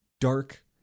dark